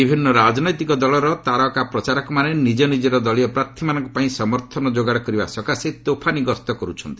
ବିଭିନ୍ନ ରାଜନୈତିକ ଦଳର ତାରକା ପ୍ରଚାରକମାନେ ନିଜ ନିଜର ଦଳୀୟ ପ୍ରାର୍ଥୀମାନଙ୍କ ପାଇଁ ସମର୍ଥନ ଯୋଗାଡ଼ କରିବା ସକାଶେ ତୋଫାନୀ ଗସ୍ତ କରୁଛନ୍ତି